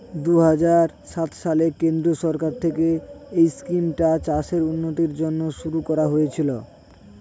দুহাজার সাত সালে কেন্দ্রীয় সরকার থেকে এই স্কিমটা চাষের উন্নতির জন্য শুরু করা হয়েছিল